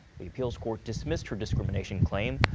the appeals court dismissed her discrimination claim,